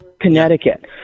Connecticut